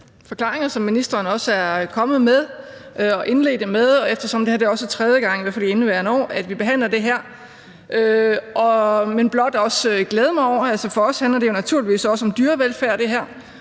forklaringer, som ministeren også er kommet med og indledte med, eftersom det er tredje gang – i hvert fald i indeværende år – at vi behandler det her, men blot glæde mig over det. Altså, for os handler det her naturligvis også om dyrevelfærd, og der